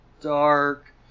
dark